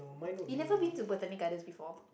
you've never been to Botanic-Gardens before